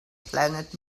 planet